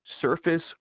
surface